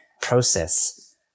process